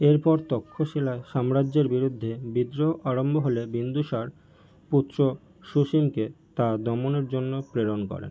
এরপর তক্ষশিলায় সাম্রাজ্যের বিরুদ্ধে বিদ্রোহ আরম্ভ হলে বিন্দুসার পুত্র সুসীমকে তা দমনের জন্য প্রেরণ করেন